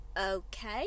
okay